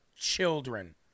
children